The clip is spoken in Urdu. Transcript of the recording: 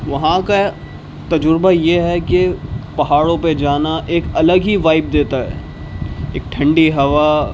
وہاں کا تجربہ یہ ہے کہ پہاڑوں پہ جانا ایک الگ ہی وائب دیتا ہے ایک ٹھنڈی ہوا